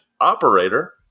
operator